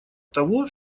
того